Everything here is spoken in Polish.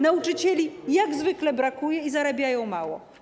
Nauczycieli jak zwykle brakuje i zarabiają mało.